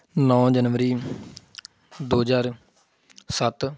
ਨੌ ਜਨਵਰੀ ਦੋ ਹਜ਼ਾਰ ਸੱਤ